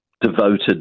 Devoted